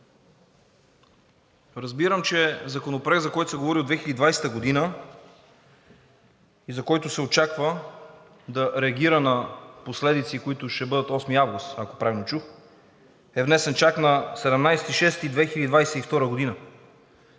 Разбирам, че Законопроектът, за който се говори от 2020 г. и за който се очаква да реагира на последици, които ще бъдат на 8 август, ако правилно чух, е внесен чак на 17 юни 2022 г.